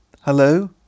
Hello